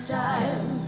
time